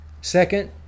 Second